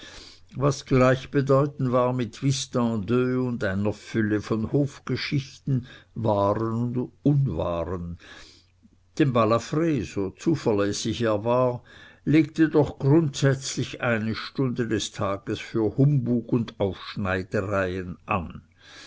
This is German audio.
was gleichbedeutend war mit whist en deux und einer fülle von hofgeschichten wahren und unwahren denn balafr so zuverlässig er war legte doch grundsätzlich eine stunde des tags für humbug und aufschneidereien an